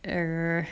err